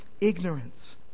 ignorance